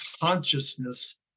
consciousness